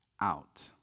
out